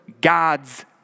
God's